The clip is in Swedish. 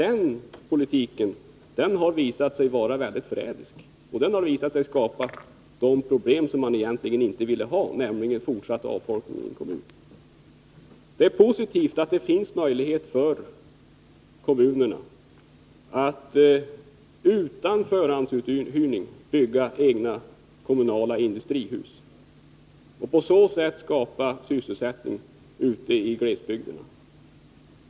Den politiken har visat sig mycket förrädisk och har skapat problem som egentligen ingen velat ha, nämligen fortsatt avfolkning. Det är positivt att kommunerna har möjlighet att utan förhandsuthyrning bygga egna, kommunala industrihus och på så sätt skapa sysselsättning ute i glesbygden.